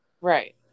right